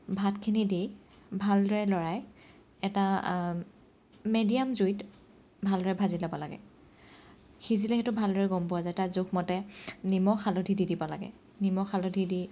ভাতখিনি দি ভালদৰে লৰাই এটা মেডিয়াম জুইত ভালদৰে ভাজি ল'ব লাগে সিজিলে সেইটো ভালদৰে গম পোৱা যায় তাত জোখমতে নিমখ হালধি দি দিব লাগে নিমখ হালধি দি